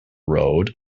road